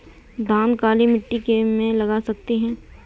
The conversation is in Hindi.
धान काली मिट्टी में लगा सकते हैं?